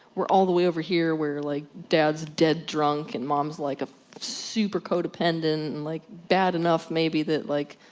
we're all the way over here, where like, dad is dead drunk and mom is like a super codependent and like, bad enough maybe that like,